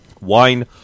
Wine